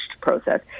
process